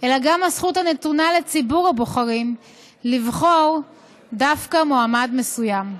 אלא גם הזכות הנתונה לציבור הבוחרים לבחור דווקא מועמד מסוים.